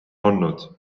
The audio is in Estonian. olnud